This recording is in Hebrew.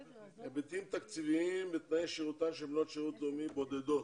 הנושא הוא היבטים תקציביים בתנאי שירותן של בנות שירות לאומי בודדות.